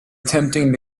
attempting